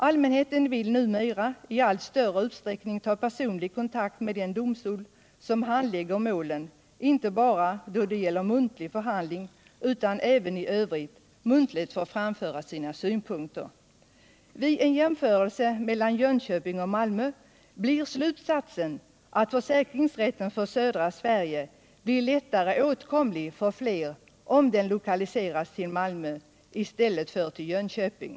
Allmänheten vill numera i allt större utsträckning ta personlig kontakt med den domstol som handlägger målen, inte bara när det gäller muntlig förhandling utan för att även i övrigt muntligt få framföra sina synpunkter. Vid en jämförelse mellan Jönköping och Malmö blir slutsatsen att försäkringsrätten för södra Sverige blir lättare åtkomlig för fler om den lokaliseras i Malmö i stället för till Jönköping.